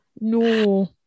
no